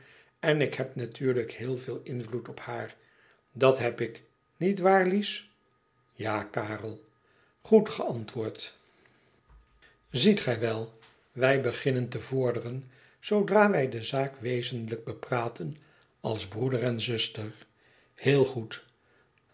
en ik heb natuurlijk heel veel invloed op haar dat heb ik niet waar lies ja karel goed geantwoord ziet gij wel wij beginnen te vorderen zoodra wij de zaak wezenlijk bepraten als broeder en zuster heel goed